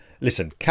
listen